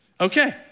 Okay